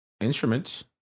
instruments